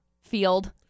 field